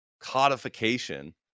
codification